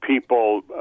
people